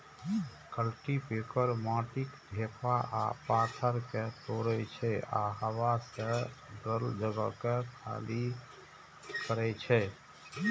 cultipacker माटिक ढेपा आ पाथर कें तोड़ै छै आ हवा सं भरल जगह कें खाली करै छै